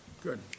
good